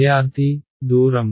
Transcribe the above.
విద్యార్థి దూరం